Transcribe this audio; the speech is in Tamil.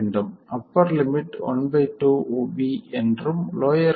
அப்பர் லிமிட் 12 V என்றும் லோயர் லிமிட் 1